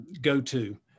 go-to